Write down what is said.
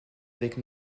avec